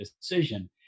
decision